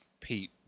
Pete